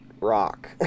rock